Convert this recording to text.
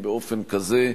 תודה רבה.